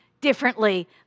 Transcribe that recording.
differently